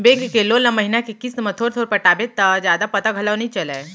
bank के loan ल महिना के किस्त म थोर थोर पटाबे त जादा पता घलौ नइ चलय